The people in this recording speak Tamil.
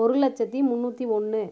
ஒரு லட்சத்து முன்னூற்றி ஒன்று